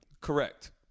Correct